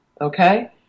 okay